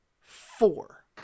four